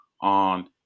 on